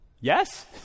yes